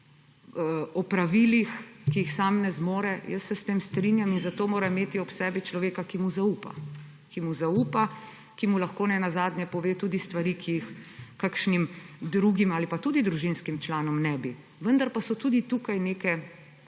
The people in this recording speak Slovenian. opravilih, ki jih sam ne zmore. Jaz se s tem strinjam in zato mora imeti ob sebi človeka, ki mu zaupa, ki mu zaupa, ki mu lahko nenazadnje pove tudi stvari, ki jih kakšnim drugim ali pa tudi družinskim članom ne bi. Vendar pa so tudi tukaj neke